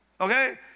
okay